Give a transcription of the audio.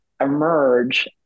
emerge